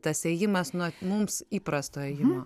tas ėjimas nuo mums įprasto ėjimo